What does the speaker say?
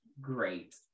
Great